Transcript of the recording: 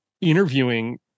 interviewing